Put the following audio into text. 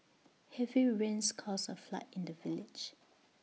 heavy rains caused A flood in the village